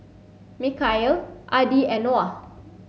Mikhail Adi and Noah